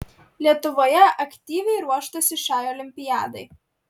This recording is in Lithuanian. lietuvoje aktyviai ruoštasi šiai olimpiadai